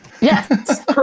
yes